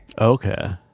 okay